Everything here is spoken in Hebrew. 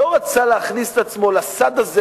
ראש הממשלה לא רצה להכניס את עצמו לסד הזה